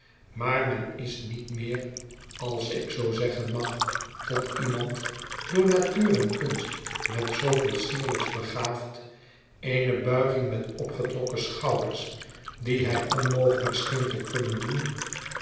maar men is niet meer als ik zoo zeggen mag tot iemand door natuur en kunst met zooveel sierlijks begaafd eene buiging met opgetrokken schouders die hij onmogelijk scheen te kunnen doen